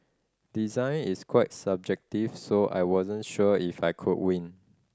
design is quite subjective so I wasn't sure if I could win